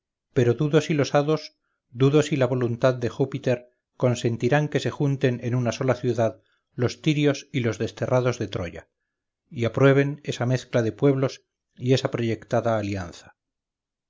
pero dudo si los hados dudo si la voluntad de júpiter consentirán que se junten en una sola ciudad los tirios y los desterrados de troya y aprueben esa mezcla de pueblos y esa proyectada alianza